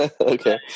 okay